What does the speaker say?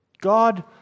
God